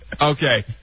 Okay